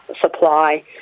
supply